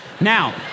Now